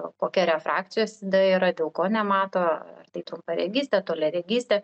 kokia refrakcijos yda yra dėl ko nemato ar tai trumparegystė toliaregystė